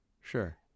sure